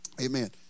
Amen